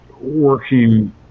working